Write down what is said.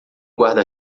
guarda